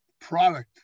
product